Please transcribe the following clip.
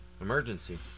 Emergency